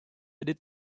added